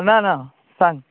ना ना सांग